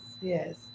yes